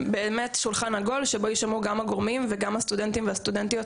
שולחן עגול שבו ישמעו גם הגורמים וגם הסטודנטים והסטודנטיות